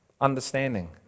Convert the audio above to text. understanding